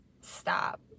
stop